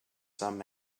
some